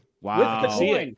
Wow